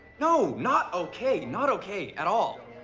no, not okay. not okay at all.